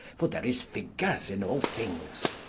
for there is figures in all things.